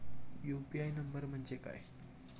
UPI number म्हणजे काय?